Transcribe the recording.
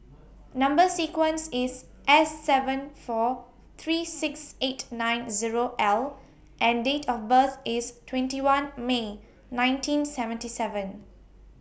Number sequence IS S seven four three six eight nine Zero L and Date of birth IS twenty one May nineteen seventy seven